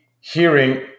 hearing